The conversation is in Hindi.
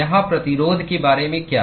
यहाँ प्रतिरोध के बारे में क्या